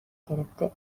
گرفته